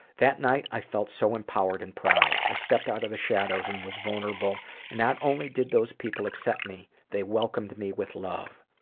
that night, i felt so empowered and proud. i stepped out of the shadows and was vulnerable and not only did those people accept me, they welcomed me with love.